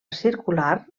circular